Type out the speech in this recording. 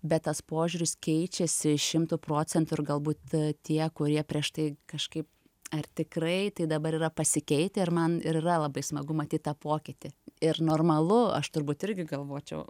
bet tas požiūris keičiasi šimtu procentų ir galbūt tie kurie prieš tai kažkaip ar tikrai tai dabar yra pasikeitę ir man ir yra labai smagu matyt tą pokytį ir normalu aš turbūt irgi galvočiau